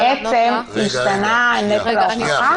בעצם השתנה נטל ההוכחה?